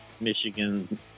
Michigan